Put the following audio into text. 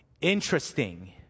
interesting